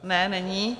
Ne, není.